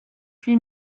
huit